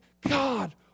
God